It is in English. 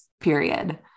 period